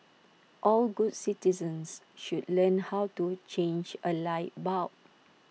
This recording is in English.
all good citizens should learn how to change A light bulb